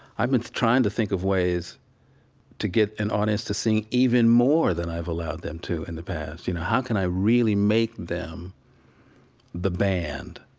i've been trying to think of ways to get an audience to sing even more than i've allowed them to in the past. you know how can i really make them the band,